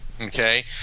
Okay